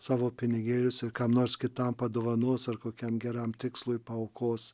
savo pinigėlius ir kam nors kitam padovanos ar kokiam geram tikslui paaukos